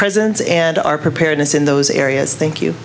presence and our preparedness in those areas thank you